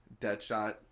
Deadshot